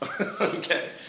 Okay